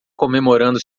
comemorando